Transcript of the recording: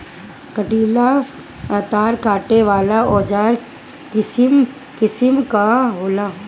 कंटीला तार काटे वाला औज़ार किसिम किसिम कअ होला